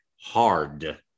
hard